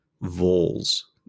voles